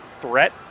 threat